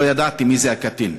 לא ידעתי מי הקטין.